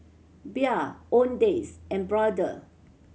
Bia Owndays and Brother